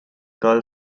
girl